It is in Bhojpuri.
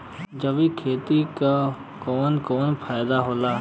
जैविक खेती क कवन कवन फायदा होला?